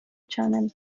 channel